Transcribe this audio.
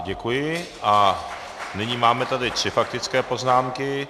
Děkuji a nyní máme tady tři faktické poznámky.